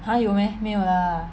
!huh! 有 meh 没有 lah